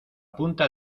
punta